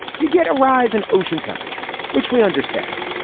you get a rise in ocean temperature, which we understand.